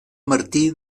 martí